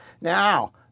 now